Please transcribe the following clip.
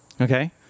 Okay